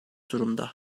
durumda